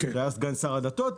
שהיה סגן שר הדתות.